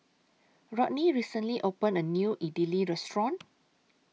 Rodney recently opened A New Idili Restaurant